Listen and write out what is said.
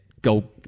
go